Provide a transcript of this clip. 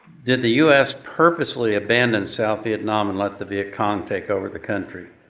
did the us purposefully abandon south vietnam and let the vietcong take over the country?